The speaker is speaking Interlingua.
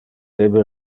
debe